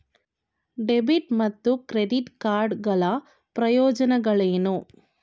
Debit ಮತ್ತು credit card ಗಳ ಪ್ರಯೋಜನಗಳೇನು?